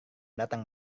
datang